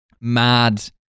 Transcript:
mad